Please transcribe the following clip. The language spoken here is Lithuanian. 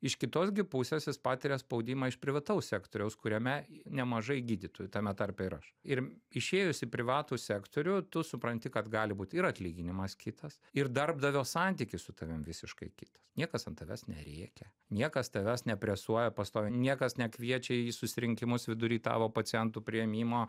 iš kitos gi pusės jis patiria spaudimą iš privataus sektoriaus kuriame nemažai gydytojų tame tarpe ir aš ir išėjus į privatų sektorių tu supranti kad gali būt ir atlyginimas kitas ir darbdavio santykis su tavim visiškai kitas niekas ant tavęs nerėkia niekas tavęs nepresuoja pastoviai niekas nekviečia į susirinkimus vidury tavo pacientų priėmimo